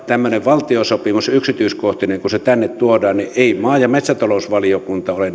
tämmöinen valtiosopimus yksityiskohtineen tuodaan tänne tällä tavalla ei maa ja metsätalousvaliokunta ole